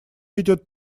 ведет